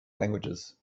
languages